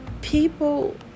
People